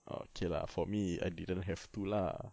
err okay lah for me I didn't have to lah